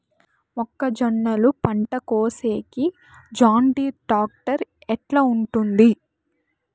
మొక్కజొన్నలు పంట కోసేకి జాన్డీర్ టాక్టర్ ఎట్లా ఉంటుంది?